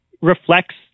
reflects